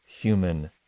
human